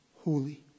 holy